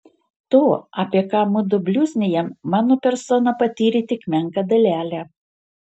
to apie ką mudu bliuznijam mano persona patyrė tik menką dalelę